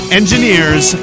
engineers